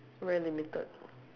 very limited